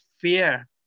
fear